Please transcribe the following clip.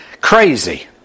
crazy